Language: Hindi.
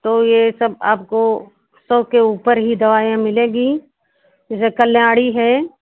तो ये सब आपको सौ के ऊपर ही दवाइयाँ मिलेंगी जैसे कल्याणी है